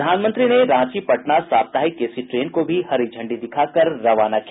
प्रधानमंत्री ने रांची पटना साप्ताहिक एसी ट्रेन को भी हरी झंडी दिखाकर रवाना किया